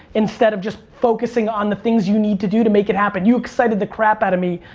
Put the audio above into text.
instead of just focusing on the things you need to do to make it happen. you excited the crap out of me,